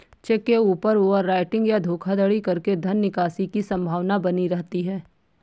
check के ऊपर overwriting या धोखाधड़ी करके धन निकासी की संभावना बनी रहती है